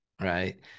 Right